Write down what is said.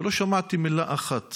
ולא שמעתי מילה אחת